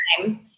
time